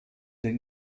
den